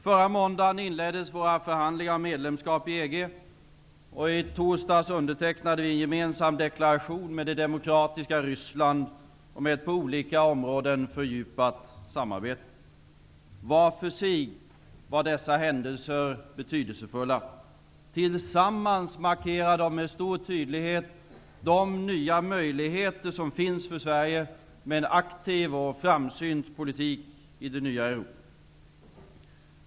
Förra måndagen inleddes våra förhandlingar om medlemskap i EG, och i torsdags undertecknade vi en gemensam deklaration med det demokratiska Ryssland om ett på olika områden fördjupat samarbete. Var för sig var dessa händelser betydelsefulla. Tillsammans markerar de med stor tydlighet de nya möjligheter som finns för Sverige med en aktiv och framsynt politik i det nya Europa.